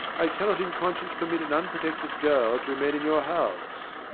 i cannot in conscience permit an unprotected girl to remain in your house.